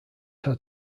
had